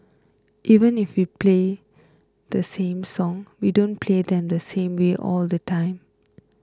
even if we play the same songs we don't play them the same way all the time